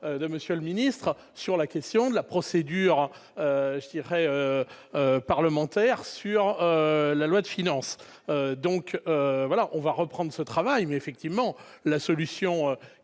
de monsieur le ministre sur la question de la procédure vrai parlementaire sur la loi de finances, donc voilà, on va reprendre ce travail mais effectivement la solution